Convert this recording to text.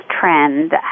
trend